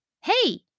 Hey